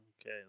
Okay